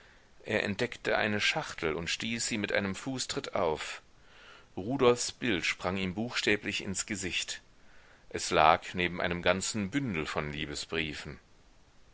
er entdeckte eine schachtel und stieß sie mit einem fußtritt auf rudolfs bildnis sprang ihm buchstäblich ins gesicht es lag neben einem ganzen bündel von liebesbriefen